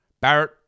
Barrett